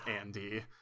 andy